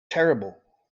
terrible